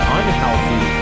unhealthy